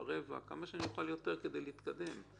אולי כמה גברים שלא סיכמתי על זה מראש.